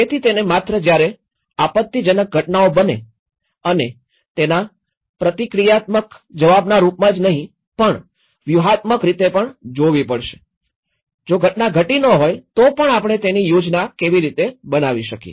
તેથી તેને માત્ર જયારે આપત્તિજનક ઘટનાઓ બને અને તેના પ્રતિક્રિયાત્મક જવાબના રૂપમાં જ નહીં પણ તેને વ્યૂહાત્મક રીતે પણ જોવી પડશે જો ઘટના ઘટી ન હોય તો પણ આપણે તેની યોજના કેવી રીતે બનાવી શકીએ